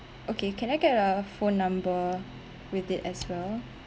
okay can I get a phone number with it as well